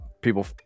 people